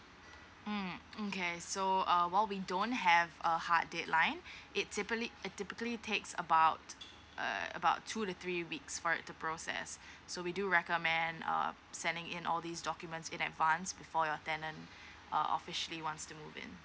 um okay so uh while we don't have a hard deadline it typically typically takes about err about two to three weeks for it to process so we do recommend um sending in all these documents in advance before your tenant uh officially wants to move in